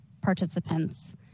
participants